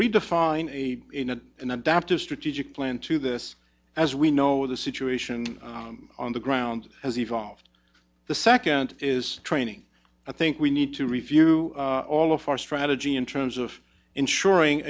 redefine a you know an adaptive strategic plan to this as we know the situation on the ground has evolved the second is training i think we need to review all of our strategy in terms of ensuring